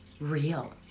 real